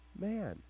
man